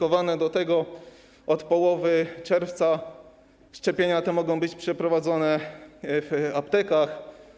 Od połowy czerwca szczepienia mogą być przeprowadzane w aptekach.